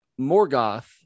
Morgoth